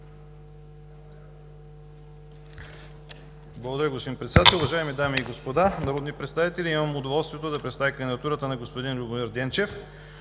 Благодаря, господин Председател. Уважаеми дами и господа народни представители! Имам удоволствието да представя кандидатурата на господин Любомир Денчев.